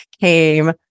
came